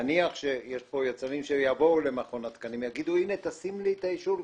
נניח שיש כאן יצרנים שיבואו למכון התקנים ויגידו: "תשים לי את האישור,